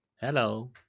Hello